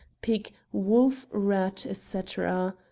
pig, wolf, rat, etc.